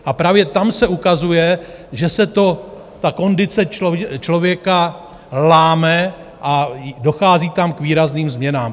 A právě tam se ukazuje, že se kondice člověka láme a dochází tam k výrazným změnám.